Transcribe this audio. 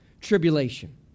tribulation